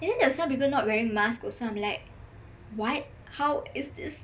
and then there were some people not wearing mask also I'm like what how is is